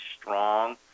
strong